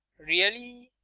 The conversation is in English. really